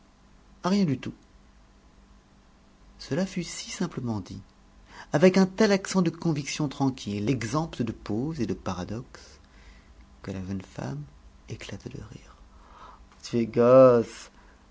rien du tout cela fut si simplement dit avec un tel accent de conviction tranquille exempte de pose et de paradoxe que la jeune femme éclata de rire tu es gosse